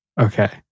Okay